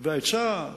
וההצעה בסוף,